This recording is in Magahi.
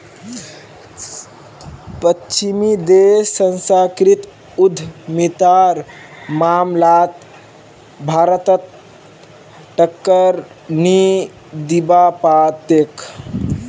पश्चिमी देश सांस्कृतिक उद्यमितार मामलात भारतक टक्कर नी दीबा पा तेक